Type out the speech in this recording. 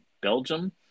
Belgium